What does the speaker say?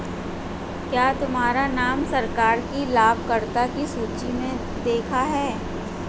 क्या तुम्हारा नाम सरकार की लाभकर्ता की सूचि में देखा है